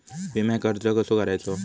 विम्याक अर्ज कसो करायचो?